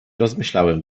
rozmyślałem